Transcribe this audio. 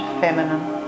feminine